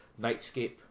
Nightscape